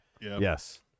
Yes